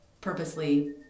purposely